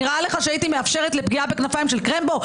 נראה לך שהייתי מאפשרת פגיעה ב"כנפיים של קרמבו".